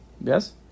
Yes